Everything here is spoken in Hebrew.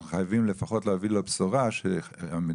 אנחנו חייבים לפחות להביא לו בשורה שהמדינה